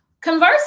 Conversely